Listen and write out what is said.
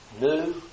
new